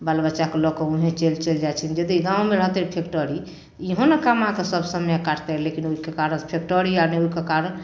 बाल बच्चाके लऽ कऽ उहेँ चलि चलि जाइ छथिन जदि गाममे रहतै फैकटरी इहोँ ने कमाके सभ समय काटतै लेकिन ओहिके कारण फैकटरी आर नहि ओहिके कारण